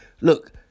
look